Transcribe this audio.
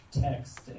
text